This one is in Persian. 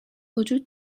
وجود